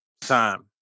Time